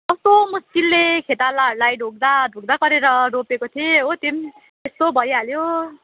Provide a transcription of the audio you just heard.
कस्तो मुस्किलले खेतालाहरूलाई ढोग्दा ढोग्दा गरेर रोपेको थिएँ हो त्यो यस्तो भइहाल्यो